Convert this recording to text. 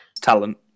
Talent